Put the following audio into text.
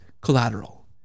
collateral